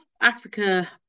Africa